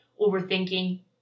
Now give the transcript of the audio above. overthinking